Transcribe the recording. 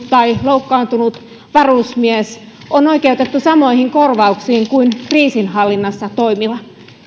tai loukkaantunut varusmies on oikeutettu samoihin korvauksiin kuin kriisinhallinnassa toimiva